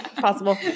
Possible